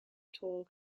tall